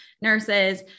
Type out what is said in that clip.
nurses